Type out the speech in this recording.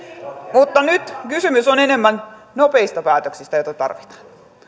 mutta nyt kysymys on enemmän nopeista päätöksistä joita tarvitaan